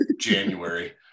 January